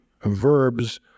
verbs